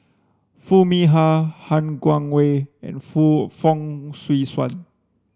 Foo Mee Har Han Guangwei and Fu Fong Swee Suan